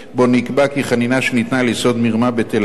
שבו נקבע כי חנינה שניתנה על יסוד מרמה בטלה.